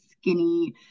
skinny